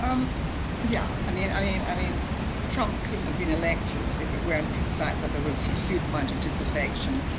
um yeah i mean i mean i mean trump couldn't have been elected if it weren't for the fact that there was a huge amount of disaffection,